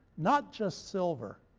not just silver.